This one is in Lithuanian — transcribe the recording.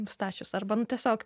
nustačius arba nu tiesiog